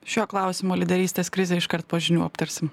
šiuo klausimu lyderystės krizė iškart po žinių aptarsim